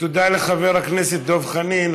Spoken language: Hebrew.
תודה לחבר הכנסת דב חנין.